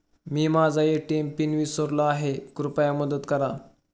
मी माझा ATM PIN विसरलो आहे, कृपया मदत करा